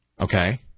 Okay